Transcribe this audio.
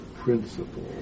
principle